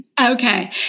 Okay